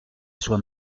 soit